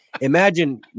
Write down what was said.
imagine